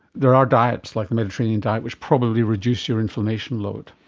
there are diets like the mediterranean diet which probably reduce your inflammation load.